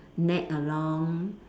nag along